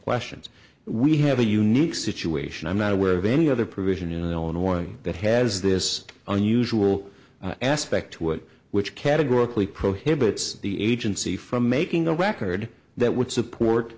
questions we have a unique situation i'm not aware of any other provision in illinois that has this unusual aspect to it which categorically prohibits the agency from making a record that would